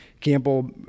Campbell